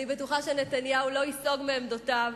אני בטוחה שנתניהו לא ייסוג מעמדותיו,